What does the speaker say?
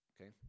Okay